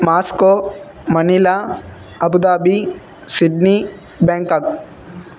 Moscow Manila Abu Dhabi Sydney Bangkok